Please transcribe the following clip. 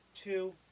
two